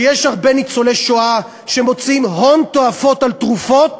שיש הרבה ניצולי שואה שמוציאים הון תועפות על תרופות,